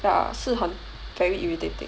ya 是很 very irritating